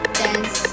dance